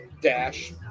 Dash